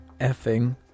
Effing